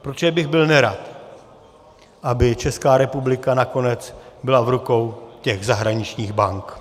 Protože bych byl nerad, aby Česká republika nakonec byla v rukou zahraničních bank.